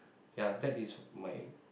ya that is my